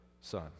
Son